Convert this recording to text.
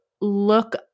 look